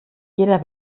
jeder